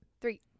Three